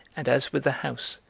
and as with the house,